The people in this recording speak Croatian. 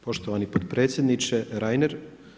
Poštovani potpredsjedniče Reiner.